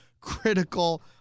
critical